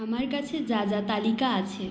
আমার কাছে যা যা তালিকা আছে